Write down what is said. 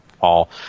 Paul